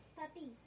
puppy